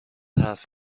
حرف